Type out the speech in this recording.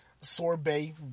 Sorbet